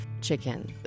chicken